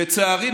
לצערי,